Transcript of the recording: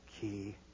key